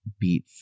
beat